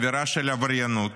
אווירה של עבריינות,